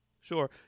Sure